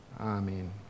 Amen